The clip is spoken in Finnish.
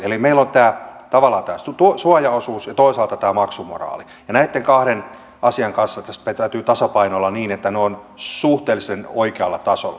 eli meillä on tavallaan tämä suojaosuus ja toisaalta tämä maksumoraali ja näitten kahden asian kanssa tässä täytyy tasapainoilla niin että ne ovat suhteellisen oikealla tasolla